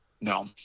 no